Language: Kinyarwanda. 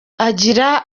agira